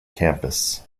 campus